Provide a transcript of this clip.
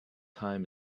time